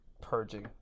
purging